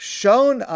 shown